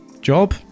job